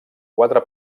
quatre